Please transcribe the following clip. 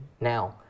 Now